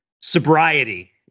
sobriety